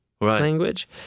language